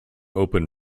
open